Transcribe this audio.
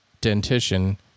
dentition